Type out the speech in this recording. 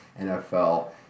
NFL